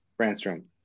Brandstrom